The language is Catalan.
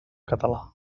català